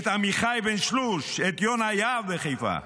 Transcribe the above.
את עמיחי בן שלוש, את יונה יהב בחיפה.